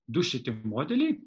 du šitie modeliai